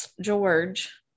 George